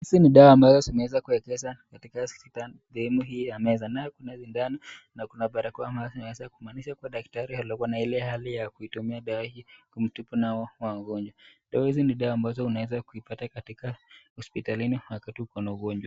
Hizi ni dawa ambazo zimeweza kuwekeza katika hospitali sehemu hii ya meza. Nayo kuna sindano na kuna barakoa ambazo zimeweza kumaanisha daktari aliyekuwa na ile hali ya kuitumia dawa hii kumtibu nao mgonjwa. Dawa hizi ni dawa ambazo unaweza kuipata katika hospitalini wakati uko na ugonjwa.